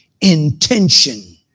intention